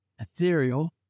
ethereal